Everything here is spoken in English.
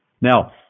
Now